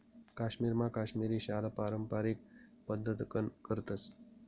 काश्मीरमा काश्मिरी शाल पारम्पारिक पद्धतकन करतस